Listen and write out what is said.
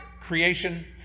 creation